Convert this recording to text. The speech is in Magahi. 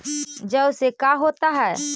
जौ से का होता है?